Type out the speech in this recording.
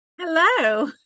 Hello